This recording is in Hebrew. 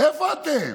איפה אתם?